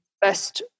best